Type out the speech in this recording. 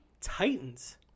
Titans